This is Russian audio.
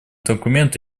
документ